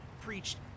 preached